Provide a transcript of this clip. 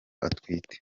atwite